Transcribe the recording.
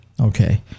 Okay